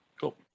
cool